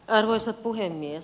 arvoisa puhemies